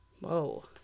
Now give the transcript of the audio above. Whoa